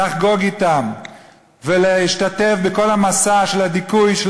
לחגוג אתם ולהשתתף בכל המסע של הדיכוי של